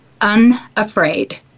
unafraid